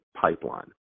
pipeline